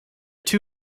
two